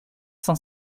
cent